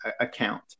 account